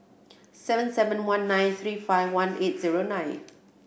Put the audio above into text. seven seven one nine three five one eight zero nine